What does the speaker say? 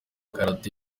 karate